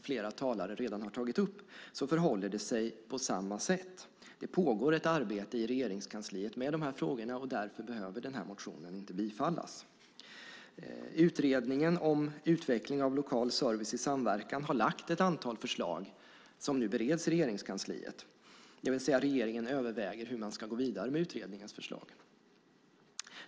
Där förhåller det sig på samma sätt. Det pågår ett arbete i Regeringskansliet med de här frågorna. Därför behöver den här motionen inte bifallas. Utredningen om utveckling av lokal service i samverkan har lagt fram ett antal förslag som nu bereds i Regeringskansliet, det vill säga att regeringen överväger hur man ska gå vidare med utredningens förslag.